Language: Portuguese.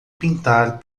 pintar